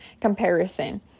comparison